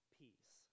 peace